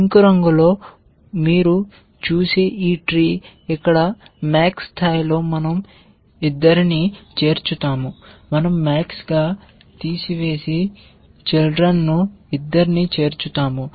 ఈ పింక్ రంగులో మీరు చూసే ఈ ట్రీ ఇక్కడ max స్థాయిలో మన০ ఇద్దరినీ చేర్చుతాము మన০ max గా తీసివేసి చిల్డ్రన్ ను ఇద్దరినీ చేర్చుతాము